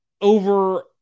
over